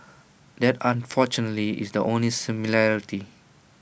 that unfortunately is the only similarity